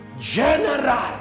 general